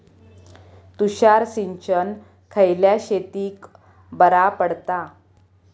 तुषार सिंचन खयल्या शेतीक बरा पडता?